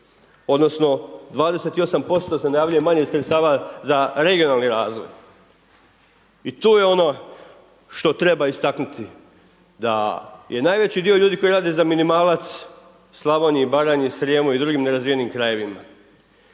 se ne razumije./... manje sredstava za regionalni razvoj i tu je ono što treba istaknuti da je najveći dio ljudi koji rade za minimalac u Slavoniji i Baranji, Srijemu i drugim nerazvijenih krajevima,